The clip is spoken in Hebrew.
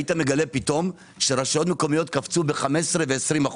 היית מגלה פתאום שרשויות מקומיות קפצו ב-15% וב-20%.